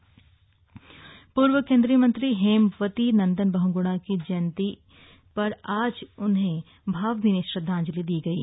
श्रद्वाजंलि पूर्व केन्द्रीय मंत्री हेमवती नन्दन बहुगुणा की जयन्ती पर आज उन्हें भावभीनी श्रद्दाजंलि दी गयी